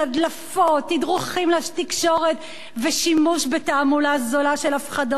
תדרוכים לתקשורת ושימוש בתעמולה זולה של הפחדות ואיומים,